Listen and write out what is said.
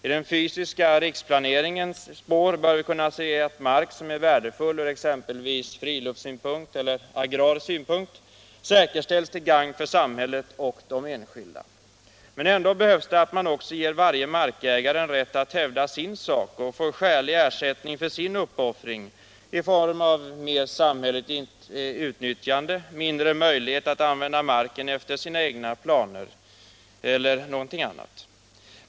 I den fysiska riksplaneringens spår bör vi kunna se att mark som är värdefull från t.ex. friluftssynpunkt eller agrar synpunkt säkerställs till gagn för samhället och de enskilda. Men ändå behövs det att man också ger varje markägare rätt att hävda sin sak och få skälig ersättning för sin uppoffring i form av mer samhälleligt utnyttjande, mindre möjlighet att använda marken efter sina egna planer etc.